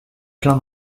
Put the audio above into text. plein